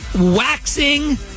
waxing